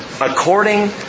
According